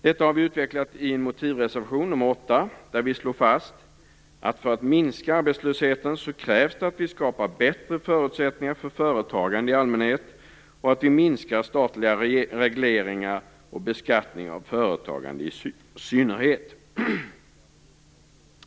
Detta har vi utvecklat i en motivreservation, nr 8, där vi slår fast, att för att minska arbetslösheten krävs det att vi skapar bättre förutsättningar för företagande i allmänhet och att vi minskar statliga regleringar och beskattning av företagande i synnerhet.